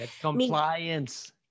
Compliance